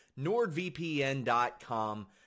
NordVPN.com